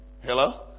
hello